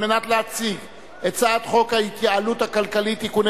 כדי להציג את הצעת חוק ההתייעלות הכלכלית (תיקוני